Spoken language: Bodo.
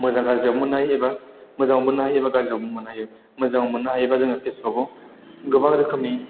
मोजां गाज्रिआवबो मोननो हायो एबा मोजाङावबो मोननो हायो एबा गाज्रिआवबो मोननो हायो मोजांआव मोननो हायोबा जोङो फेसबुक आव गोबां रोखोमनि